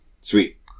Sweet